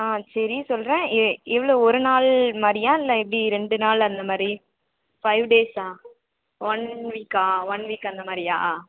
ஆ சரி சொல்கிறேன் ஏ எவ்வளோ ஒரு நாள் மாதிரியா இல்லை எப்படி ரெண்டு நாள் அந்த மாதிரி ஃபைவ் டேஸா ஒன் வீக்கா ஒன் வீக் அந்த மாதிரியா